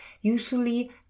usually